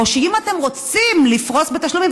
או שאם אתם רוצים לפרוס בתשלומים,